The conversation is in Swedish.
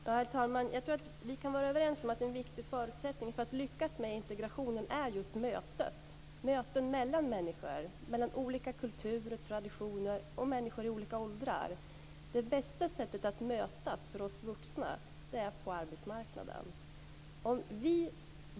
Herr talman! Jag tror att vi kan vara överens om att en viktig förutsättning för att lyckas med integration är just möten mellan människor, mellan olika kulturer och traditioner och mellan människor i olika åldrar. Det bästa sättet att mötas för oss vuxna är på arbetsmarknaden.